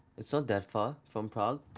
it's so that far from prague.